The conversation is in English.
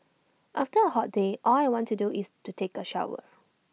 after A hot day all I want to do is to take A bath